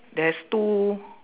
there's two